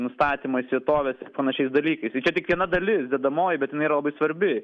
nustatymais vietovės ir panašiais dalykais tai čia tik viena dalis dedamoji bet jinai yra labai svarbi